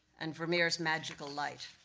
and vermeer's magical light.